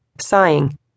Sighing